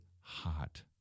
hot